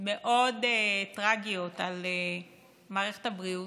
מאוד טרגיות על מערכת הבריאות,